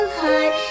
heart